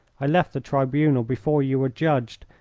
i left the tribunal before you were judged,